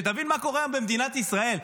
שתבין מה קורה היום במדינת ישראל.